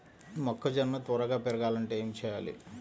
మొక్కజోన్న త్వరగా పెరగాలంటే ఏమి చెయ్యాలి?